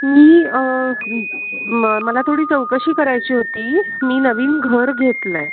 मी मला थोडी चौकशी करायची होती मी नवीन घर घेतलं आहे